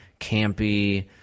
campy